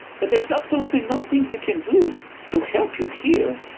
but there's absolutely nothing we can do to help you here,